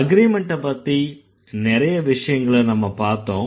அக்ரிமென்ட்ட பத்தி நிறைய விஷயங்கள நாம பாத்தோம்